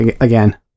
again